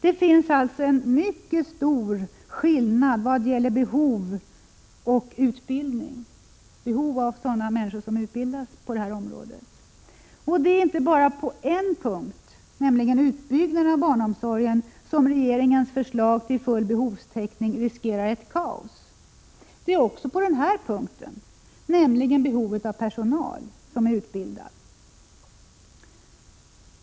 Det finns alltså en mycket stor skillnad mellan utbildningen och behovet av utbildad personal. Det är inte bara på en punkt — utbyggnaden av barnomsorgen — som regeringens förslag till full behovstäckning riskerar att resultera i kaos, utan också på denna punkt — behovet av personal som är utbildad.